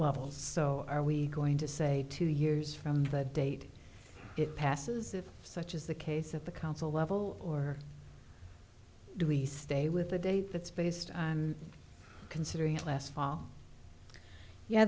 levels so are we going to say two years from the date it passes if such is the case at the council level or do we stay with the date that's based on considering it last fall yeah